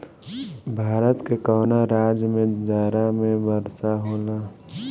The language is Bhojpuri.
भारत के कवना राज्य में जाड़ा में वर्षा होला?